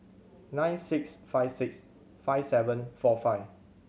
nine six five six five seven four five